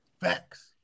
Facts